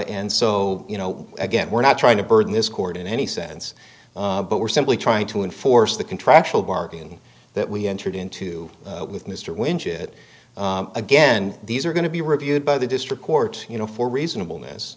and so you know again we're not trying to burden this court in any sense but we're simply trying to enforce the contractual bargain that we entered into with mr winch it again these are going to be reviewed by the district court you know for reasonable